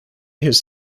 his